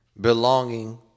belonging